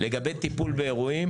לגבי טיפול באירועים,